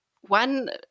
One